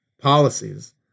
policies